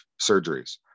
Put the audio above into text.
surgeries